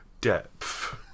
Depth